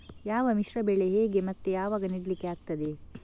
ಯಾವ ಮಿಶ್ರ ಬೆಳೆ ಹೇಗೆ ಮತ್ತೆ ಯಾವಾಗ ನೆಡ್ಲಿಕ್ಕೆ ಆಗ್ತದೆ?